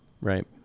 right